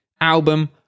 album